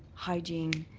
hygiene,